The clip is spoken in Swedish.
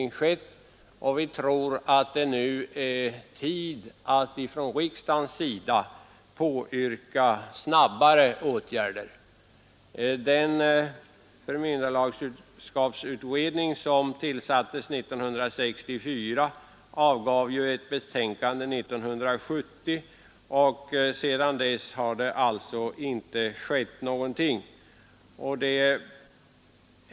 Därför tycker vi att det nu är tid att från riksdagens sida påyrka snabbare åtgärder. Den förmynderskapsutredning som tillsattes 1964 avgav ett betänkande 1970, och sedan dess har det inte hänt någonting.